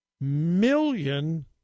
million